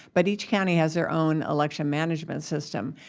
but each county has their own election management system.